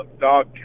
dog